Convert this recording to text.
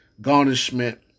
garnishment